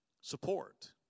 support